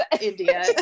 India